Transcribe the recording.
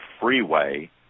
freeway